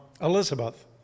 Elizabeth